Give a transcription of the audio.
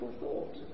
thought